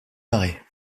marais